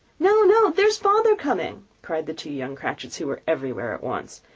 no, no! there's father coming, cried the two young cratchits, who were everywhere at once.